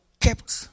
kept